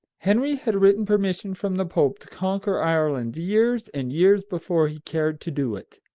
henry had written permission from the pope to conquer ireland years and years before he cared to do it.